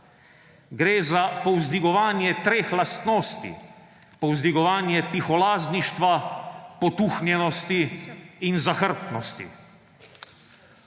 Gre za povzdigovanje treh lastnosti, povzdigovanje tiholazništva, potuhnjenosti in zahrbtnosti.